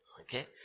Okay